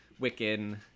Wiccan